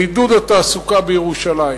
לעידוד התעסוקה בירושלים.